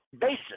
basis